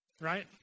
right